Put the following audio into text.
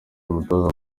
umutoza